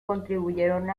contribuyeron